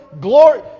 glory